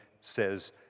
says